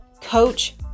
coach